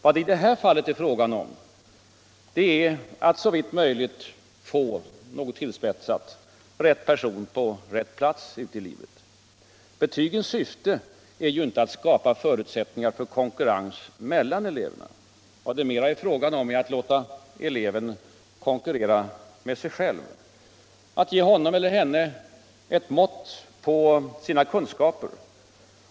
Vad det i det här fallet är fråga om är att såvitt möjligt få — något tillspetsat — rätt person på rätt plats ute i livet. Betygens syfte är ju inte att skapa förutsättningar för konkurrens mellan eleverna. Vad det mera är fråga om är att låta eleven konkurrera med sig själv, att ge honom eller henne ett mått på sina kunskaper.